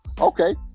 Okay